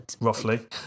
Roughly